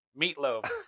meatloaf